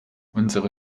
unsere